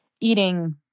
eating